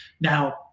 Now